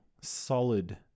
solid